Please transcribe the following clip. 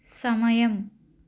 సమయం